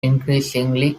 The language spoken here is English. increasingly